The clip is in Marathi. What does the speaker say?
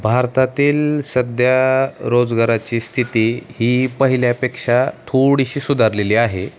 भारतातील सध्या रोजगाराची स्थिती ही पहिल्यापेक्षा थोडीशी सुधारलेली आहे